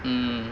mm